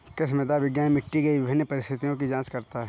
कृषि मृदा विज्ञान मिट्टी के विभिन्न परिस्थितियों की जांच करता है